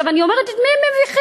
אני אומרת: את מי הם מביכים?